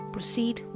Proceed